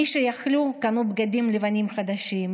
מי שיכלו קנו בגדים לבנים חדשים,